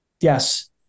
Yes